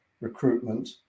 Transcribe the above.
recruitment